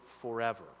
forever